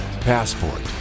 Passport